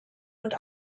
und